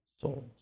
souls